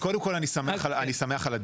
קודם כל, אני שמח על הדיון.